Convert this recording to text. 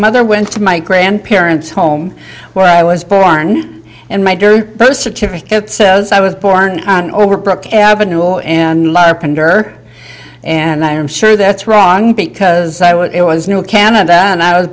mother went to my grandparents home where i was born and those certificate says i was born on overbrook avenue under and i am sure that's wrong because it was new in canada and i was